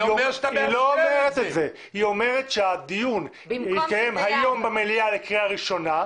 היא אומרת שהדיון יתקיים היום במליאה לקריאה ראשונה,